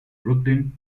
brooklyn